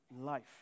life